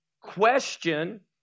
question